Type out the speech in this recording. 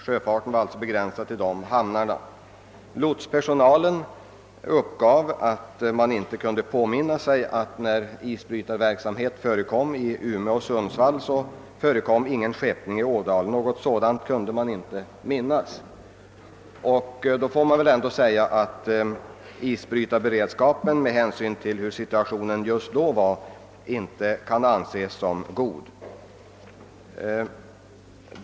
Lotspersonalen kunde inte erinra sig att det inte hade ägt rum skeppningar från Örnsköldsvik, Härnösand, Hörnefors och Ådalen, när man haft isbrytarverksamhet och sjöfart i gång i Sundsvall och Umeå. Då måste det väl vara riktigt att isbrytarberedskapen med hänsyn till den situation som rådde inte var god.